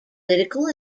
political